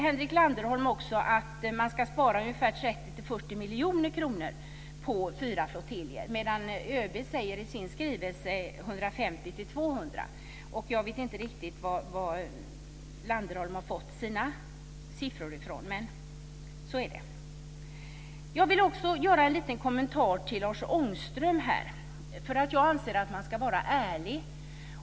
Henrik Landerholm säger också att man kommer att spara 300-400 miljoner kronor på att ha fyra flottiljer, medan ÖB i sin skrivelse säger 150-200 miljoner. Jag vet inte riktigt var Landerholm har fått sina siffror ifrån. Jag vill också göra en kommentar till Lars Ångström. Jag anser att man ska vara ärlig.